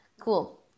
Cool